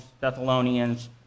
Thessalonians